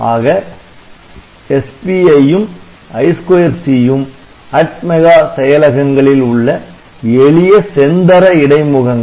ஆக SPI ம் I2C ம் ATMEGA செயலகங்களில் உள்ள எளிய செந்தர இடைமுகங்கள்